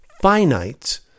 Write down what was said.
finite